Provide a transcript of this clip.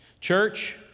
Church